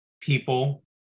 people